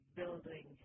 building